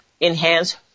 enhance